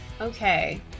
Okay